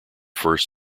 first